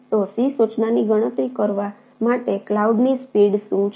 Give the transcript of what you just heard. તો C સૂચનાની ગણતરી કરવા માટે ક્લાઉડની સ્પીડ શું છે